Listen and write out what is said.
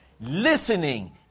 listening